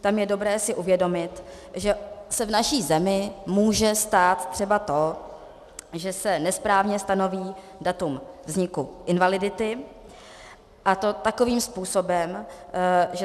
Tam je dobré si uvědomit, že se v naší zemi může stát třeba to, že se nesprávně stanoví datum vzniku invalidity, a to takovým způsobem, že...